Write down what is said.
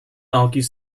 argues